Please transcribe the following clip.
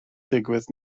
digwydd